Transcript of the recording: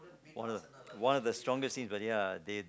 one of the one of the strongest teams but ya they